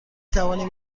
توانیم